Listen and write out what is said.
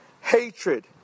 hatred